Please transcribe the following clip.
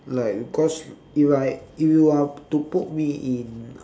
like because if I if you are to put me in